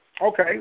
Okay